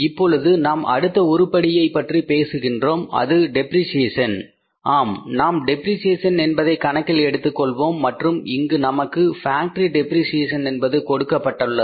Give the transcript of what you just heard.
இப்பொழுது நாம் அடுத்த உருப்படியை பற்றிப் பேசுகின்றோம் அது டெப்ரிசியேஷன் ஆம் நாம் டெப்ரிசியேஷன் என்பதை கணக்கில் எடுத்துக்கொள்வோம் மற்றும் இங்கு நமக்கு ஃபேக்டரி டெப்ரிசியேஷன் என்பது கொடுக்கப்பட்டுள்ளது